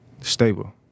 stable